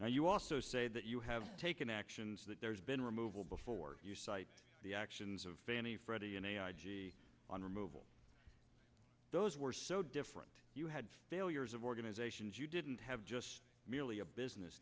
now you also say that you have taken actions that there's been removal before you cite the actions of fannie freddie and on removal those were so different you had failures of organizations you didn't have just merely a business